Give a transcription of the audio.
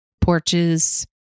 porches